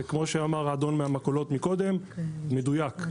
וכמו שאמר האדון מהמכולות קודם, מדויק.